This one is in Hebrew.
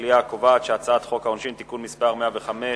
המליאה קובעת שהצעת חוק העונשין (תיקון מס' 105),